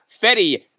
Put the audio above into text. Fetty